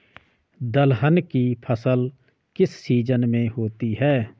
दलहन की फसल किस सीजन में होती है?